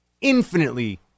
infinitely